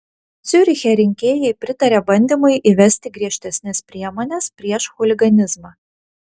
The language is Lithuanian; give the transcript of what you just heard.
ciuriche rinkėjai pritarė bandymui įvesti griežtesnes priemones prieš chuliganizmą